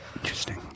Interesting